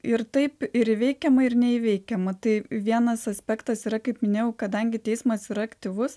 ir taip ir įveikiama ir neįveikiama tai vienas aspektas yra kaip minėjau kadangi teismas yra aktyvus